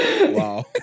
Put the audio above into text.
wow